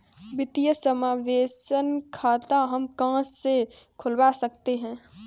वित्तीय समावेशन खाता हम कहां से खुलवा सकते हैं?